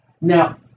Now